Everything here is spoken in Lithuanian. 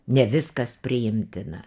ne viskas priimtina